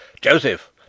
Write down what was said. Joseph